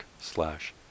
slash